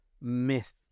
myth